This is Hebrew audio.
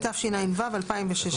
התשע"ו-2016,